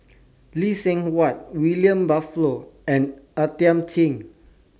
Lee Seng Huat William Butterworth and Are Thiam Chin